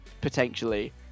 potentially